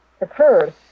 occurred